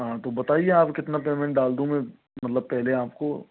हाँ तो बताइए आप कितना पेमेंट डाल दूँ मैं मतलब पहले आपको